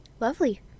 Lovely